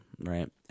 right